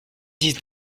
dix